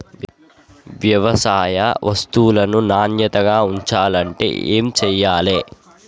వ్యవసాయ వస్తువులను నాణ్యతగా ఉంచాలంటే ఏమి చెయ్యాలే?